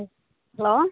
hello